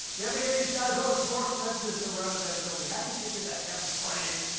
you ever hear these guys? oh, it's more expensive to renovate a building. how do you figure that? you have a frame?